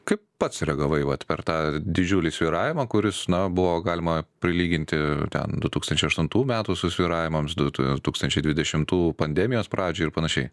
kaip pats reagavai vat per tą didžiulį svyravimą kuris na buvo galima prilyginti ten du tūkstančiai aštuntų metų susvyravimams du tūkstančiai dvidešimtų pandemijos pradžiai ir panašiai